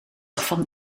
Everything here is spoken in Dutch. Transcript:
van